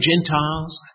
Gentiles